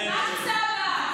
לאן את טסה?